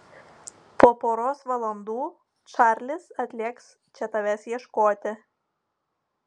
po poros valandų čarlis atlėks čia tavęs ieškoti